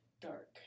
dark